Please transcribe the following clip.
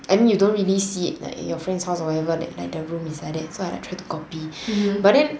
I mean you don't really see it like in your friend's house or whatever like the room is like that so I try to copy but then